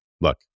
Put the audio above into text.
Look